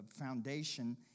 foundation